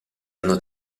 hanno